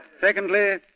Secondly